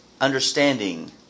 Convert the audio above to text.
understanding